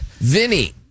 Vinny